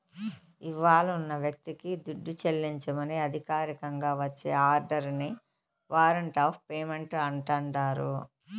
ఇవ్వాలున్న వ్యక్తికి దుడ్డు చెల్లించమని అధికారికంగా వచ్చే ఆర్డరిని వారంట్ ఆఫ్ పేమెంటు అంటాండారు